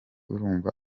urumva